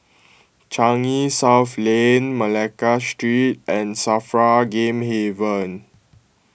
Changi South Lane Malacca Street and Safra Game Haven